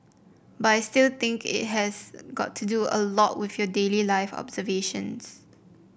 but I still think it has got to do a lot with your daily life observations